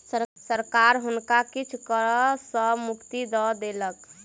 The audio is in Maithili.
सरकार हुनका किछ कर सॅ मुक्ति दय देलक